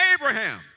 Abraham